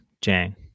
jang